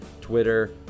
Twitter